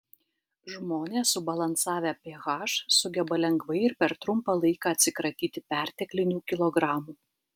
žmonės subalansavę ph sugeba lengvai ir per trumpą laiką atsikratyti perteklinių kilogramų